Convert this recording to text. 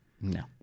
No